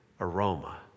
aroma